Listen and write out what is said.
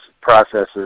processes